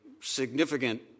significant